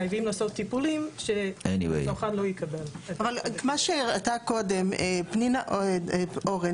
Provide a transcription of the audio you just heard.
חייבים לעשות טיפולים שהצרכן לא יקבל --- מה שהראתה קודם פנינה אורן,